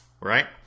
Right